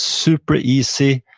super easy,